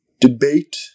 debate